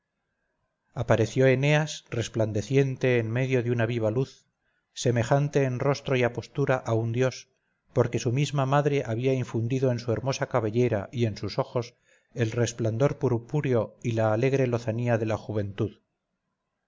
apareció eneas resplandeciente en medio de una viva luz semejante en rostro y apostura a un dios porque su misma madre había infundido en su hermosa cabellera y en sus ojos el resplandor purpúreo y la alegre lozanía de la juventud